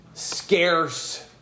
scarce